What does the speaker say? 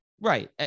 Right